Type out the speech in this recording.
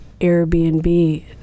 Airbnb